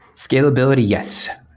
scalability, yes.